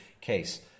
case